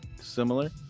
similar